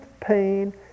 pain